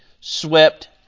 swept